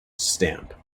stamp